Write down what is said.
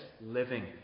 living